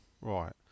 Right